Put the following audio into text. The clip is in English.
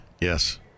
Yes